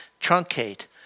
truncate